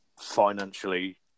financially